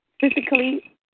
physically